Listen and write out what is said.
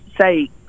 say